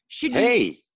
hey